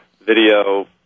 video